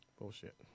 Bullshit